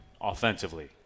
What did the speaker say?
offensively